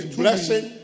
blessing